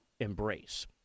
embrace